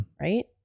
right